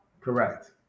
Correct